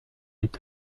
est